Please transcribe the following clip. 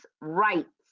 rights